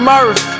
Murph